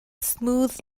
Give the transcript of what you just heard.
smooth